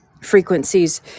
frequencies